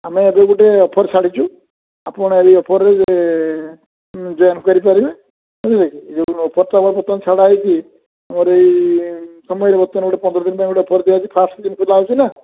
ଆମେ ଏବେ ଗୋଟିଏ ଅଫର୍ ଛାଡ଼ିଛୁ ଆପଣ ଏହି ଅଫର୍ରେ ଜଏନ୍ କରିପାରିବେ ବୁଝିଲେ କି ଏଇ ଯୋଉଁ ଅଫରଟା ପା ବର୍ତ୍ତମାନ ଛଡ଼ା ହୋଇଛି ମୋର ଏଇ ସମୟରେ ବର୍ତ୍ତମାନ ଗୋଟିଏ ପନ୍ଦର ଦିନ ପାଇଁ ଗୋଟିଏ ଅଫର୍ ଦିଆ ହେଉଛି ଫାଷ୍ଟ୍ ଜିମ୍ ଖୋଲା ହେଉଛି ନା